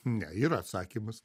ne yra atsakymas